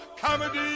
comedy